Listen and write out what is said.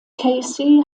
casey